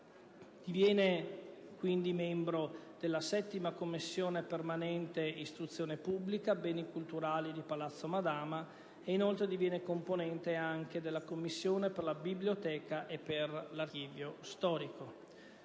Diviene quindi membro della 7a Commissione permanente istruzione pubblica, beni culturali di palazzo Madama, oltre a divenire componente della Commissione per la biblioteca e l'archivio storico.